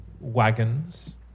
wagons